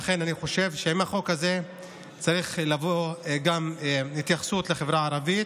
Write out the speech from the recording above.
לכן אני חושב שעם החוק הזה צריכה לבוא גם התייחסות לחברה הערבית,